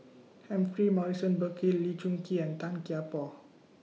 Humphrey Morrison Burkill Lee Choon Kee and Tan Kian Por